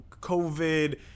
COVID